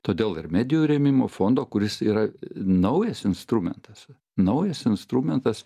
todėl ir medijų rėmimo fondo kuris yra naujas instrumentas naujas instrumentas